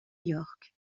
york